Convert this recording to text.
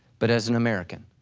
but as an american,